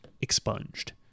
expunged